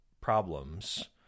problems